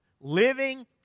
living